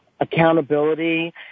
accountability